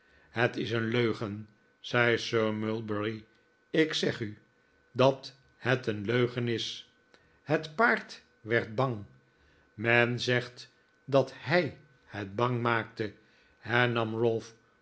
het is een leugen zei sir mulberry ik zeg u dat het een leugen is het paard werd bang men z e g t dat hij het bang maakte hernam ralph